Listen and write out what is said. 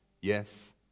Yes